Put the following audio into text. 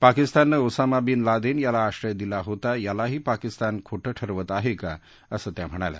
पाकिस्ताननं Osama bin लादक्षयाला आश्रय दिला होता यालाही पाकिस्तान खोटं ठरवत आहक्रिा असं त्या म्हणाल्या